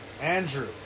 Andrew